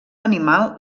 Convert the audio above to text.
animal